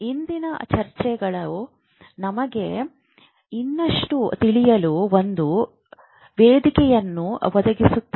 ಇಂದಿನ ಚರ್ಚೆಗಳು ನಮಗೆ ಇನ್ನಷ್ಟು ತಿಳಿಯಲು ಒಂದು ವೇದಿಕೆಯನ್ನು ಒದಗಿಸುತ್ತದೆ